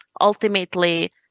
ultimately